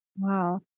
Wow